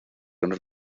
honor